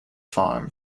farm